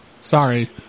Sorry